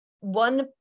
one